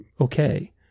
okay